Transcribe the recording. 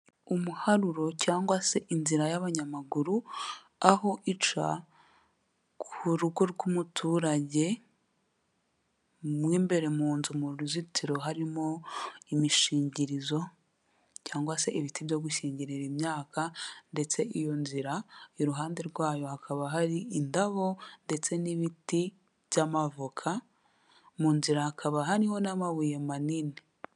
Umuharuro cyangwa se inzira y'abanyamaguru, aho ica ku rugo rw'umuturage, mu imbere mu nzu mu ruzitiro harimo imishingirizo cyangwa se ibiti byo gushingirira imyaka. Ndetse iyo nzira iruhande rwayo hakaba hari indabo ndetse n'ibiti by'amavoka, mu nzira hakaba hariho n'amabuye manini.